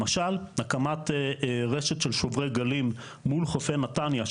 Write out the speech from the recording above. למשל הקמת רשת של שוברי גלים מול חופי נתניה,